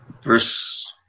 Verse